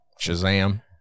shazam